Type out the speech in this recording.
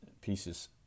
pieces